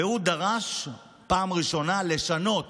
והוא דרש פעם ראשונה לשנות